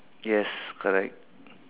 yes correct